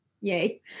Yay